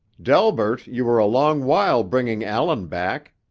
delbert, you were a long while bringing allan back.